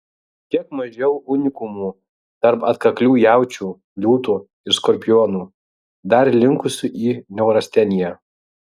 kiek mažiau unikumų tarp atkaklių jaučių liūtų ir skorpionų dar ir linkusių į neurasteniją